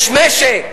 יש משק,